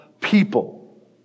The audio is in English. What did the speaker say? people